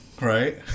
right